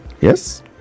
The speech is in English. yes